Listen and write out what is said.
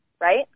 Right